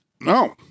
No